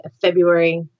February